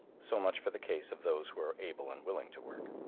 so much for the case of those who are able and willing to work.